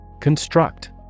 Construct